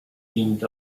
teamed